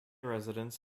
residents